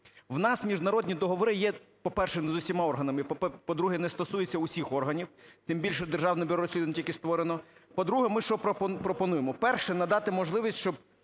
У нас міжнародні договори є, по-перше, не з усіма органами, по-друге, не стосується всіх органів, тим більше Державне бюро розслідувань тільки створено. По-друге, що ми пропонуємо? Перше: надати можливість, щоб